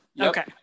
Okay